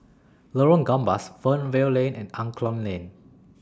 Lorong Gambas Fernvale Lane and Angklong Lane